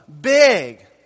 big